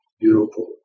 beautiful